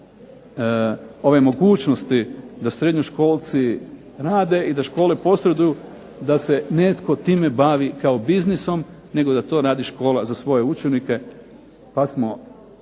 ove mogućnosti da srednjoškolci rade i da škole posreduju da se netko time bavi kao biznisom nego da to radi škola za svoje učenike pa smo